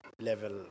level